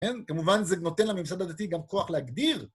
כן? כמובן זה נותן לממסד הדתי גם כוח להגדיר.